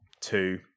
two